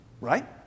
right